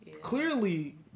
Clearly